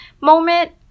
moment